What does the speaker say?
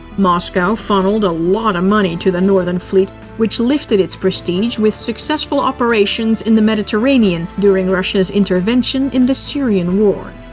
moscow funneled a lot of money to the northern fleet which lifted its prestige with successful operations in the mediterranean during russia's intervention in the syrian war.